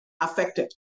affected